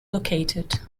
located